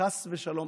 חס ושלום,